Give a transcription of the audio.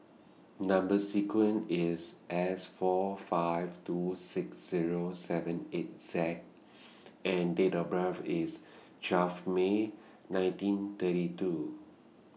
Number sequence IS S four five two six Zero seven eight Z and Date of birth IS twelve May nineteen thirty two